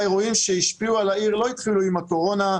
האירועים שהשפיעו על העיר לא התחילו עם הקורונה.